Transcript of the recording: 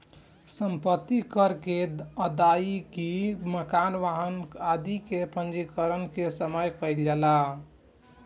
सम्पत्ति कर के अदायगी मकान, वाहन आदि के पंजीकरण के समय कईल जाला